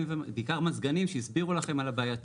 ובעיקר מזגנים שהסבירו לכם על הבעייתיות.